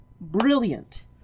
brilliant